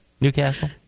Newcastle